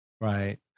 Right